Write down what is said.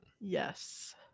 Yes